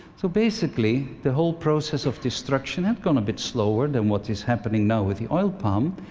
so basically the whole process of destruction had gone a bit slower than what is happening now with the oil palm.